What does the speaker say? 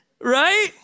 right